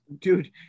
dude